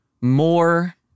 more